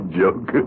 joke